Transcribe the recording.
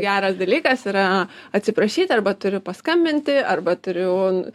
geras dalykas yra atsiprašyti arba turiu paskambinti arba turiu